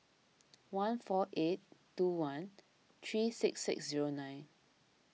one four eight two one three six six zero nine